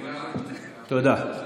תודה.